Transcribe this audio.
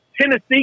Tennessee